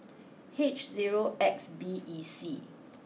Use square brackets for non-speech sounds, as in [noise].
[noise] H zero X B E C [noise]